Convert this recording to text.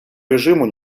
режиму